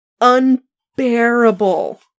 Unbearable